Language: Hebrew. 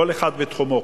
כל אחד בתחומו,